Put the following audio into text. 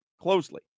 closely